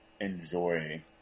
enjoy